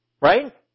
Right